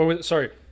Sorry